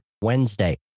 Wednesday